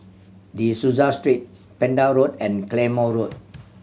De Souza Street Pender Road and Claymore Road